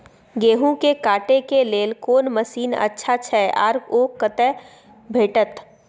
गेहूं के काटे के लेल कोन मसीन अच्छा छै आर ओ कतय भेटत?